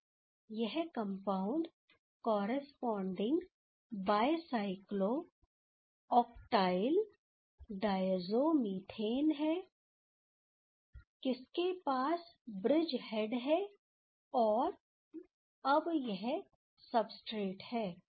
तो यह compound corresponding bicyclo octyl diazo methane है किसके पास ब्रिज हेड है और अब यह सब्सट्रेट है